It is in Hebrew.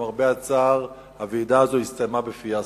למרבה הצער הוועידה הזאת הסתיימה בפיאסקו.